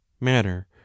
matter